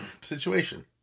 situation